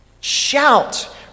Shout